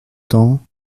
temps